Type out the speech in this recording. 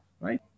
right